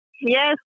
Yes